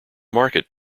market